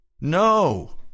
no